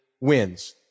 wins